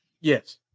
Yes